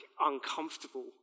uncomfortable